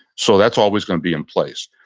so that's always going to be in place.